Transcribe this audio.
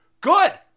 Good